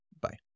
Bye